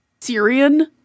Syrian